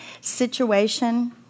situation